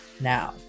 now